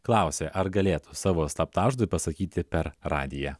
klausė ar galėtų savo slaptažodį pasakyti per radiją